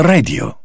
Radio